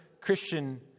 Christian